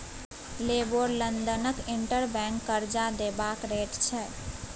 LIBOR लंदनक inter bank करजा देबाक रेट छै